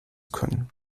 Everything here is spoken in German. können